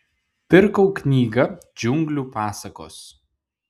pirkau knygą džiunglių pasakos